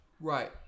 Right